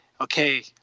okay